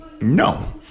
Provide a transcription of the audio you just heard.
No